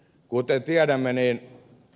kuten tiedämme ed